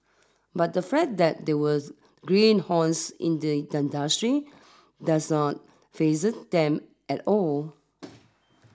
but the fact that they were greenhorns in the industry doesn't faze them at all